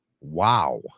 Wow